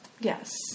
Yes